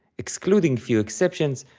excluding few exceptions,